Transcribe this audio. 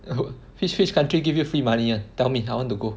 no which which country give you free money [one] tell me I want to go